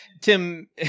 Tim